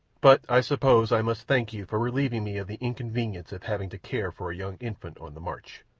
but i suppose i must thank you for relieving me of the inconvenience of having to care for a young infant on the march.